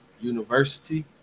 University